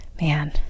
Man